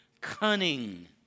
cunning